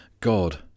God